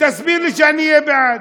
תסביר לי, שאהיה בעד.